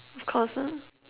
of course ah